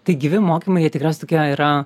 tai gyvi mokymai jie tikriaus tokie yra